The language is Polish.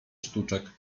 sztuczek